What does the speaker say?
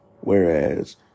whereas